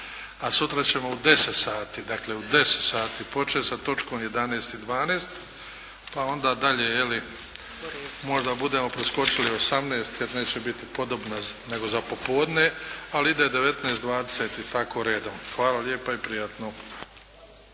A sutra ćemo u 10 sati, dakle u 10 sati početi sa točkom 11. i 12. pa onda dalje je li, možda budemo preskočili 18. jer neće biti podobna nego za popodne, ali ide 19., 20. i tako redom. Hvala lijepa i prijatno.